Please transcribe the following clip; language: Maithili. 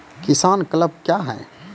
किसान क्लब क्या हैं?